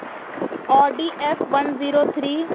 Audi F one zero three